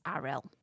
RL